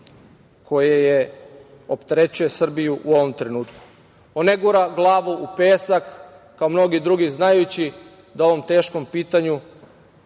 koje opterećuje Srbiju u ovom trenutku. On ne gura glavu u pesak kao mnogi drugi, znajući da mu ovo teško pitanje